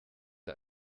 der